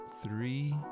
three